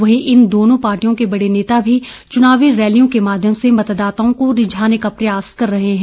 वहीं इन दोनों पार्टियों के बड़े नेता भी चुनावी रैलियों के माध्यम से मतदाताओं को रिझाने का प्रयास कर रहे हैं